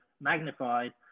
magnified